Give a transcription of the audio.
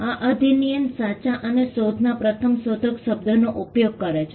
આ અધિનિયમ સાચા અને શોધના પ્રથમ શોધક શબ્દનો ઉપયોગ કરે છે